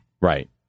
right